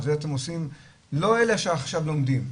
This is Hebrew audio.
לא אלה שעכשיו לומדים,